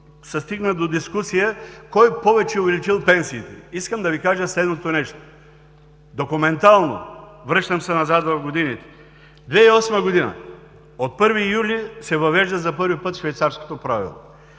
стигна до дискусия: „кой повече е увеличил пенсиите?“, искам да Ви кажа следното нещо. Документално – връщам се назад в годините: 2008 г., от 1 юли се въвежда за първи път швейцарското правило.